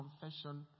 confession